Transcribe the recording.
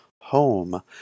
Home